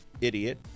idiot